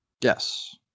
yes